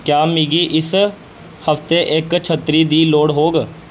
क्या मिगी इस हफ्तै इक छत्तड़ी दी लोड़ होग